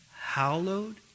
hallowed